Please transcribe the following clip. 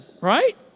right